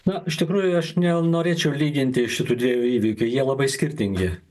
na iš tikrųjų aš nenorėčiau lyginti šitų dviejų įvykių jie labai skirtingi